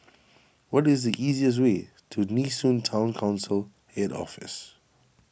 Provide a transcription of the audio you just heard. what is the easiest way to Nee Soon Town Council Head Office